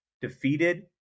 defeated